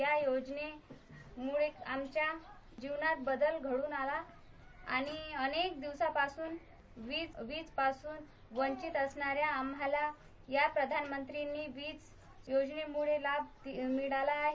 या योजनेमुळे आमच्या जीवनात बदल घडून आला आणि अनेक दिवसांपासून वीजेपासून वंचित असणाऱ्या आम्हाला या प्रधानमंत्री वीज योजनेमुळे लाभ मिळाला आहे